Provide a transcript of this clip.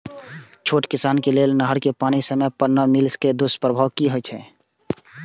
छोट किसान के लेल नहर के पानी समय पर नै मिले के दुष्प्रभाव कि छै?